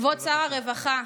כבוד שר הרווחה,